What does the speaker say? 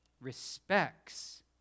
respects